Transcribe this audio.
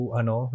ano